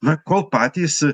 na kol patys